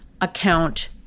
account